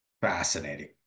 Fascinating